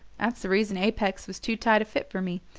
that's the reason apex was too tight a fit for me.